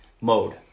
mode